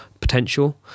potential